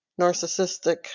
narcissistic